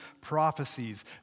prophecies